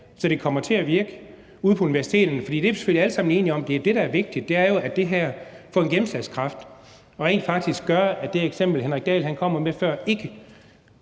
så det kommer til at virke ude på universiteterne? For det er vi selvfølgelig alle sammen enige om, altså at det er det, der er vigtigt, nemlig at det her får en gennemslagskraft og rent faktisk gør, at det, som hr. Henrik Dahl kom med et